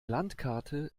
landkarte